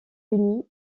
unis